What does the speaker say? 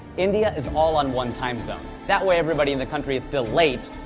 india is all on one time zone. that way, everybody in the country is still late,